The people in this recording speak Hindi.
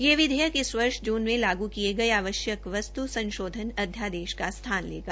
यह विधेयक इस वर्ष जून में लागू किये जोन आवश्यक वस्त् संशोधन अध्यादेश का स्थान लेगा